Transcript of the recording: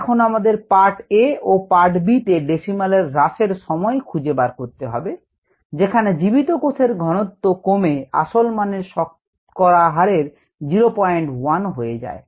এখন আমাদের part a ও পার্ট b তে ডেসিমাল এর হ্রাস এর সময় খুঁজে বার করতে হবে যেখানে জীবিত কোষ এর ঘনত্ব কমে আসল মানের শতকরা হারে 01 হয়ে যায়